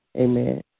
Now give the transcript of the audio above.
Amen